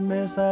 Miss